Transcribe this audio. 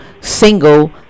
single